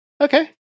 Okay